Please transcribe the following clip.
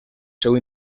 seu